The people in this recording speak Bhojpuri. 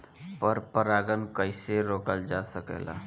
पर परागन कइसे रोकल जा सकेला?